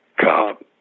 cop